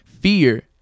Fear